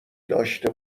داشته